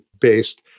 based